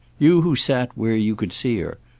you who sat where you could see her,